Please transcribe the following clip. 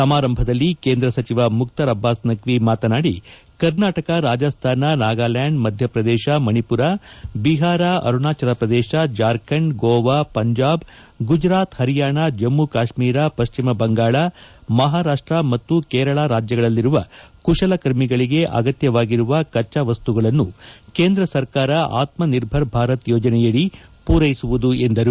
ಸಮಾರಂಭದಲ್ಲಿ ಕೇಂದ್ರ ಸಚಿವ ಮುಖ್ಗಾರ್ ಅಬ್ಲಾಸ್ ನಖ್ನಿ ಮಾತನಾಡಿ ಕರ್ನಾಟಕ ರಾಜಸ್ಥಾನ ನಾಗಾಲ್ಕಾಂಡ್ ಮಧ್ಯಪ್ರದೇಶ ಮಣಿಪುರ ಬಿಹಾರ ಅರುಣಾಚಲ ಪ್ರದೇಶ ಜಾರ್ಖಂಡ್ ಗೋವಾ ಪಂಜಾಬ್ ಗುಜರಾತ್ ಹರಿಯಾಣ ಜಮ್ಮ ಕಾಶ್ಮೀರ ಪಶ್ಚಿಮ ಬಂಗಾಳ ಮಹಾರಾಷ್ಷ ಮತ್ತು ಕೇರಳ ರಾಜ್ಲಗಳಲ್ಲಿರುವ ಕುಶಲಕರ್ಮಿಗಳಿಗೆ ಅಗತ್ಲವಾಗಿರುವ ಕಚ್ಚಾವಸ್ತುಗಳನ್ನು ಕೇಂದ್ರ ಸರ್ಕಾರ ಆತ್ಲನಿರ್ಭರ ಭಾರತ ಯೋಜನೆಯಡಿ ಪೂರೈಸಲಾಗುವುದು ಎಂದರು